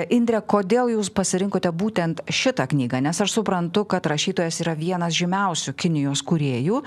indre kodėl jūs pasirinkote būtent šitą knygą nes aš suprantu kad rašytojas yra vienas žymiausių kinijos kūrėjų